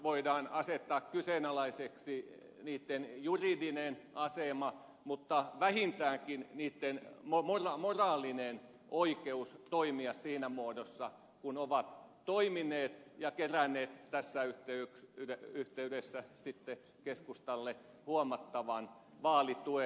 voidaan asettaa kyseenalaiseksi niitten juridinen asema mutta vähintäänkin niitten moraalinen oikeus toimia siinä muodossa kuin ne ovat toimineet ja keränneet tässä yhteydessä sitten keskustalle huomattavan vaalituen